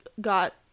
Got